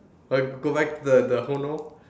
uh go go back to the oh no